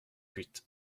huit